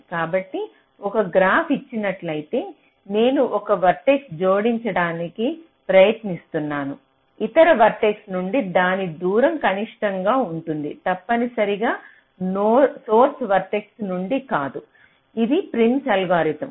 కాబట్టి ఒక గ్రాఫ్ ఇచ్చినట్లయితే నేను ఒక వర్టెక్స్ జోడించడానికి ప్రయత్నిస్తున్నాను ఇతర వర్టెక్స్ నుండి దాని దూరం కనిష్టంగా ఉంటుంది తప్పనిసరిగా సోర్స్ వర్టెక్స్ నుండి కాదు అది ప్రిమ్స్ అల్గోరిథం